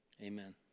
amen